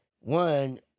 One